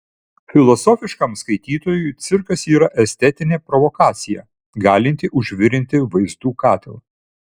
filosofiškam skaitytojui cirkas yra estetinė provokacija galinti užvirinti vaizdų katilą